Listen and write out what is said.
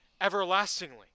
everlastingly